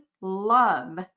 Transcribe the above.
love